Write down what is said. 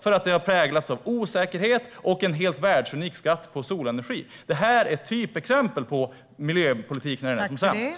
Året som gått har präglats av osäkerhet och en helt världsunik skatt på solenergi. Detta är ett typexempel på miljöpolitik när den är som sämst.